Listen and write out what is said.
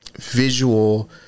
Visual